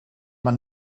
man